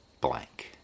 blank